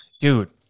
dude